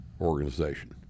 organization